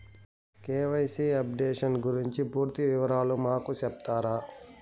KYC updation గురించి పూర్తి వివరాలు మాకు సెప్తారా?